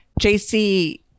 jc